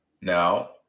Now